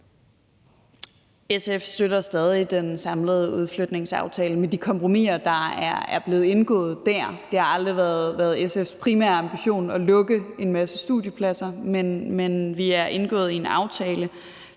SF støtter stadig den samlede udflytningsaftale med de kompromiser, der er blevet indgået der. Det har aldrig været SF's primære ambition at lukke en masse studiepladser, men vi har indgået en aftale,